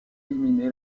éliminé